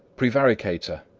prevaricator,